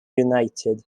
united